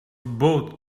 both